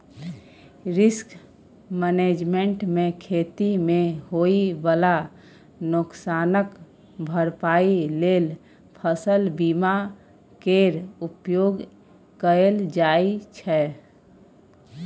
risk management मे खेती मे होइ बला नोकसानक भरपाइ लेल फसल बीमा केर उपयोग कएल जाइ छै